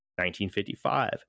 1955